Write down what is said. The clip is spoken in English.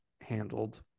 handled